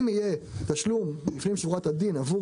אם יהיה תשלום לפנים משורת הדין עבור